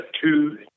two